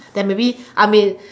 then maybe I mean